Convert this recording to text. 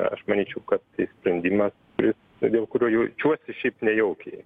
aš manyčiau kad tai sprendimas kuris dėl kurio jaučiuosi šiaip nejaukiai